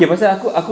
okay pasal aku aku